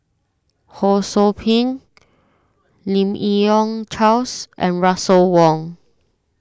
Ho Sou Ping Lim Yi Yong Charles and Russel Wong